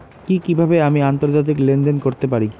কি কিভাবে আমি আন্তর্জাতিক লেনদেন করতে পারি?